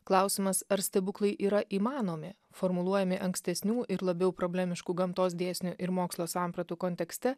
klausimas ar stebuklai yra įmanomi formuluojami ankstesnių ir labiau problemiškų gamtos dėsnių ir mokslo sampratų kontekste